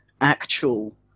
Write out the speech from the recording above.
actual